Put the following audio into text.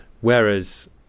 whereas